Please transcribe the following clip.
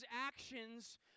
actions